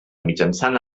mitjançant